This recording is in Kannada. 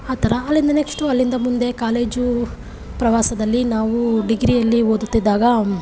ಆ ಥರ ಅಲ್ಲಿಂದ ನೆಕ್ಸ್ಟು ಅಲ್ಲಿಂದ ಮುಂದೆ ಕಾಲೇಜು ಪ್ರವಾಸದಲ್ಲಿ ನಾವು ಡಿಗ್ರಿಯಲ್ಲಿ ಓದುತ್ತಿದ್ದಾಗ